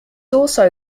also